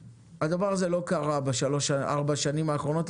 הדבר הזה לא קרה בשלוש או ארבע השנים האחרונות,